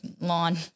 lawn